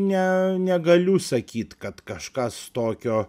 ne negaliu sakyt kad kažkas tokio